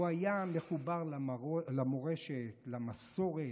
היה מחובר למורשת, למסורת,